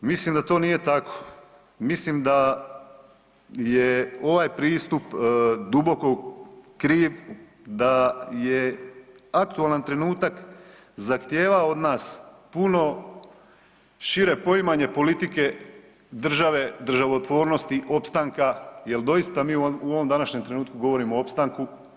Mislim da to nije tako, mislim da je ovaj pristup duboko kriv, da je aktualan trenutak zahtijevao od nas puno šire poimanje politike države, državotvornosti, opstanka jel doista mi u ovom današnjem trenutku govorimo o opstanku.